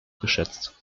geschätzt